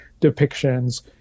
depictions